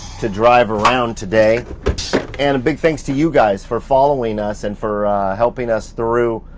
to drive around today and a big thanks to you guys for following us and for helping us through,